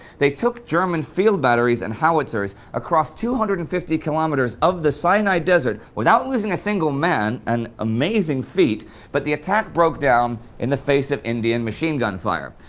they took german field batteries and howitzers across two hundred and fifty km um of the sinai desert without losing a single man an amazing feat but the attack broke down in the face of indian machine gun fire.